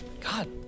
God